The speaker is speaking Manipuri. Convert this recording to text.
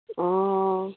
ꯑꯣ